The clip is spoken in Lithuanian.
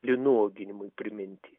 linų auginimui priminti